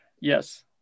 Yes